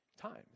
times